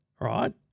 right